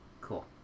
Cool